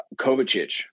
Kovacic